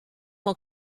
will